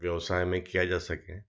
व्यवसाय में किया जा सके